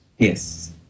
Yes